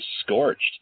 scorched